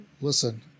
listen